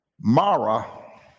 Mara